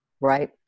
Right